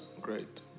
great